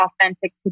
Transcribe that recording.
authentic